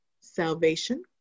salvation